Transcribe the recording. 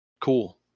Cool